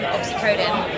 Oxycodone